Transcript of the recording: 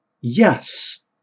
yes